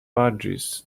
budgies